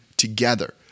together